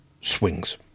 swings